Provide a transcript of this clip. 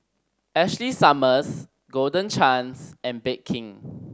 Ashley Summers Golden Chance and Bake King